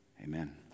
Amen